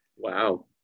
Wow